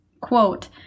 quote